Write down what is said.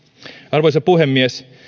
arvoisa puhemies